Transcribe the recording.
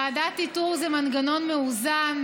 ועדת איתור זה מנגנון מאוזן,